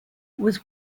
was